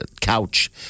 couch